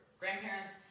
grandparents